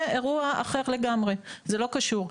זה אירוע אחר לגמרי, זה לא קשור.